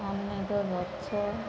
ଅନେକ ଗଛ